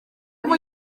gihe